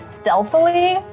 stealthily